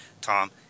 tom